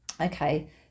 okay